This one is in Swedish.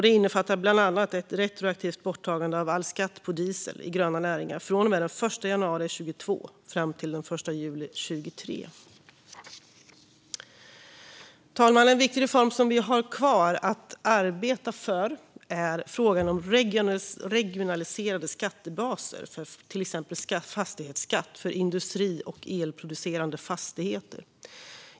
Det innefattar bland annat ett retroaktivt borttagande av all skatt på diesel i gröna näringar från och med den 1 januari 2022 fram till den 1 juli 2023. Fru talman! En viktig reform som vi har kvar att arbeta för är frågan om regionaliserade skattebaser för till exempel fastighetsskatt för industri och elproducerande fastigheter.